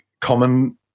common